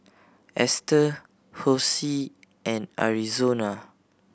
Esther Hosie and Arizona